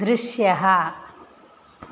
दृश्यः